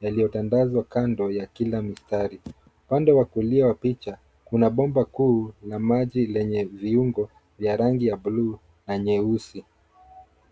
yaliyotandazwa kando ya kila mstari. Upande wa kulia wa picha, kuna bomba kuu la maji lenye viungo vya rangi ya buluu na nyeusi.